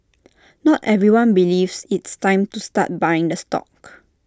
not everyone believes it's time to start buying the stock